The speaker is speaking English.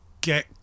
get